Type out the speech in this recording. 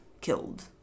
killed